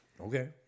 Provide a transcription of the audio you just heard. okay